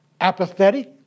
apathetic